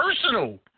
personal